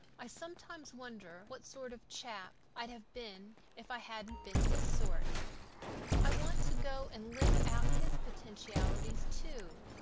i sometimes wonder what sort of chap i'd have been if i hadn't been this sort i want to go and live out his potentialities, too.